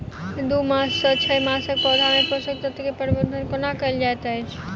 दू मास सँ छै मासक पौधा मे पोसक तत्त्व केँ प्रबंधन कोना कएल जाइत अछि?